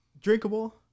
drinkable